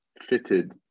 fitted